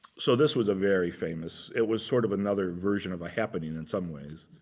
so this was a very famous, it was sort of another version of a happening in some ways.